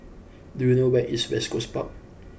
do you know where is West Coast Park